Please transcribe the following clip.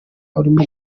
arimo